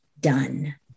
done